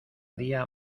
día